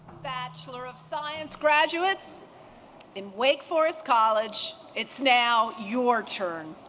bachelor of science graduates in wake forest college it's now your turn